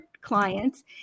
clients